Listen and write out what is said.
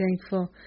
thankful